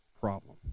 problem